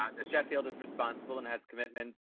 the sheffield is responsible and has commitment.